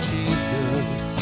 Jesus